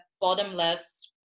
bottomless